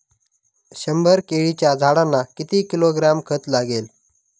शंभर केळीच्या झाडांना किती किलोग्रॅम खत लागेल?